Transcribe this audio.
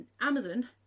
Amazon